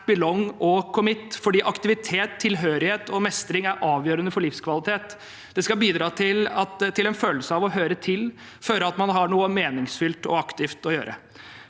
«Act–Belong–Commit», fordi aktivitet, tilhørighet og mestring er avgjørende for livskvalitet. Det skal bidra til en følelse av å høre til, at man føler at man har noe meningsfylt og aktivt å gjøre.